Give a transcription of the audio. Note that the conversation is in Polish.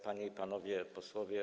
Panie i Panowie Posłowie!